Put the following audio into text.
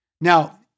Now